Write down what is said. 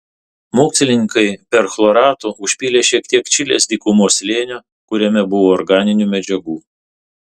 mokslininkai perchloratu užpylė šiek tiek čilės dykumos slėnio kuriame buvo organinių medžiagų